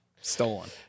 Stolen